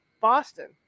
Boston